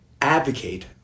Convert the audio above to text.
advocate